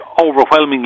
overwhelmingly